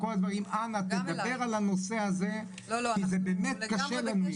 ומבקשים שאדבר על הנושא הזה כי באמת קשה לנו עם זה.